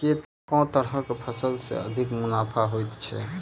केँ तरहक फसल सऽ अधिक मुनाफा होइ छै?